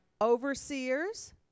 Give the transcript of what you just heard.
overseers